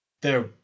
There